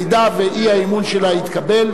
אם האי-אמון שלה יתקבל,